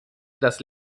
das